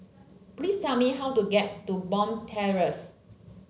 please tell me how to get to Bond Terrace